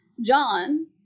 John